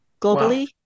globally